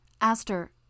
Aster